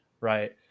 right